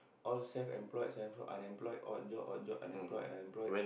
all self employed self employed unemployed odd job odd job unemployed unemployed